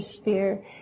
sphere